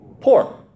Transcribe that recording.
poor